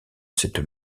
cette